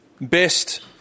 best